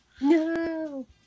No